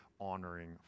honoring